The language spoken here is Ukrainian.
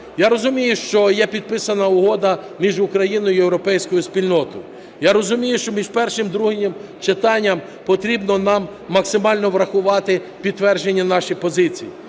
Я розумію, що є підписана Угода між Україною і Європейською спільнотою. Я розумію, що між першим і другим читанням потрібно нам максимально врахувати підтверджені наші позиції.